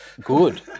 good